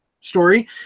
story